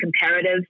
comparative